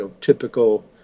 typical